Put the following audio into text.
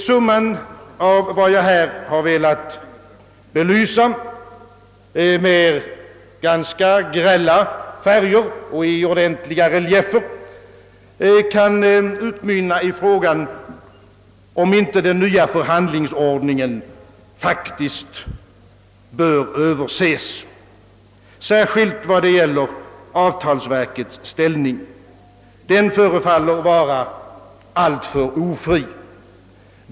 Summan av vad jag här har velat belysa med ganska grälla färger och i ordentliga reliefer kan utmynna i frågan, om inte den nya förhandlingsordningen bör överses, särskilt beträffande avtalsverkets ställning. Den förefaller vara alltför ofri.